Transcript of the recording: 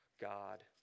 God